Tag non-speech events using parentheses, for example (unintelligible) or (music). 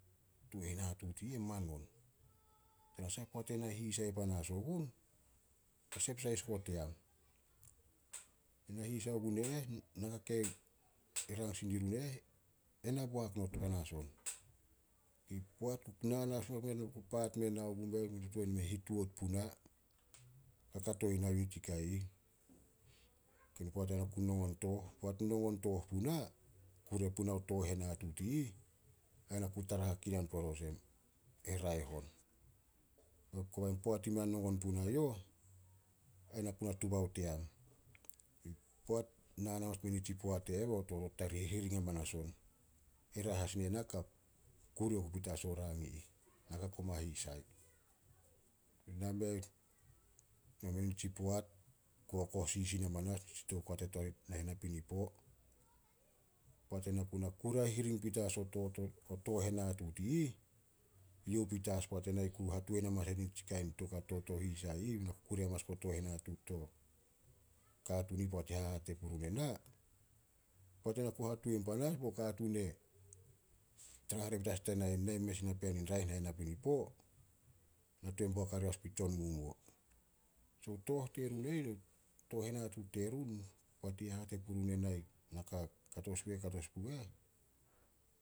Tooh henatuut i ih e manon. Tanasah poat ena hisai panas ogun, na sep sahis guo team. (noise) (hesitation) Poat (unintelligible) na ku paat meh, me tuan ni hituat puna, kakato i na yu ih tsi kai ih, tein poat ena ku nongon tooh. Poat nongon tooh puna, kure puna tooh henatuut i ih, ai na ku tarahakinan pore (unintelligible) e raeh on. (hesitation) Kobe poat i mei a nongon punai youh, ai na ku na tuba o team. Poat (unintelligible) hamanas pui nitsi poat i eh, bao totot tena hirhiring hamanas on. E raeh as nena ka (hesitation) kure oku petas o rang i ih. Na ka koma hisai. Nameh- nameh nitsi poat, kokoh sisin hamanas ni (hesitation) toukato tarih nahen napinipo, Poat ena ku na kure hahiring petas (hesitation) o tooh henatuut i ih, youh petas poat ena (unintelligible) ku hatuan hamanas nitsi kain toukato to hisai (unintelligible) be na kure hamanas guo tooh henatuut to katuun i ih poat hahate purun ena. Poat ena ku hatuan panas bao katuun e tara hare petas diana, na i mes napean in raeh nahen napinipo, na tuan boak hare as gun tsonmomuo. (unintelligible) Tooh terun, (unintelligible) tooh henatuut terun, poat i hate purun ena ka, kato sin pu eh, kato sin pu eh,